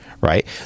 right